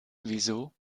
wieso